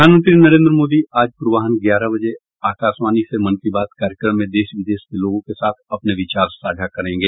प्रधानमंत्री नरेन्द्र मोदी आज प्रर्वाहन ग्यारह बजे आकाशवाणी से मन की बात कार्यक्रम में देश विदेश के लोगों के साथ अपने विचार साझा करेंगे